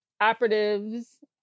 operatives